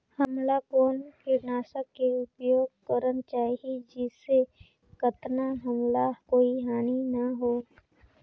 हमला कौन किटनाशक के उपयोग करन चाही जिसे कतना हमला कोई हानि न हो?